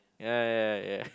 ya ya ya